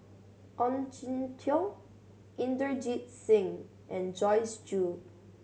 Ong Jin Teong Inderjit Singh and Joyce Jue